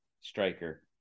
striker